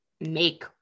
make